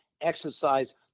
exercise